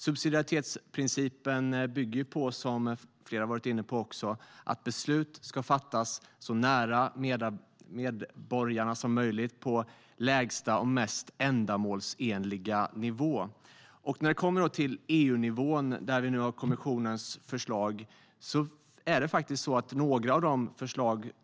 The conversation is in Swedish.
Subsidiaritetsprincipen bygger, som flera varit inne på, på att beslut ska fattas så nära medborgarna som möjligt, på lägsta och mest ändamålsenliga nivå. Nu gäller det EU-nivån, där vi har kommissionens förslag.